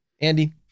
andy